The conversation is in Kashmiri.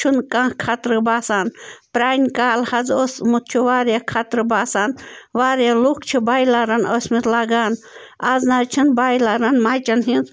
چھُنہٕ کانٛہہ خطرٕ باسان پرٛانہِ کالہٕ حظ اوسمُت چھُ واریاہ خطرٕ باسان واریاہ لُکھ چھِ بَیلَرَن ٲسۍمٕتۍ لَگان آز نَہ حظ چھِنہٕ بَیلَرَن مَچن ہِنٛز